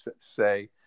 say